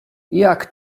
jak